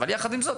אבל יחד עם זאת,